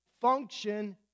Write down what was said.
function